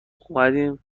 اومدیم